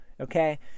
okay